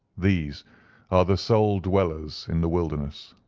these are the sole dwellers in the wilderness.